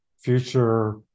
future